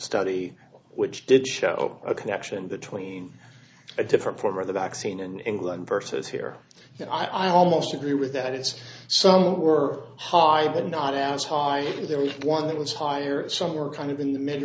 study which did show a connection between a different form of the vaccine in england versus here and i almost agree with that it's some were high but not as high and there was one that was higher and some were kind of in the mid